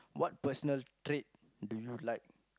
what personal trait do you like